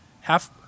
half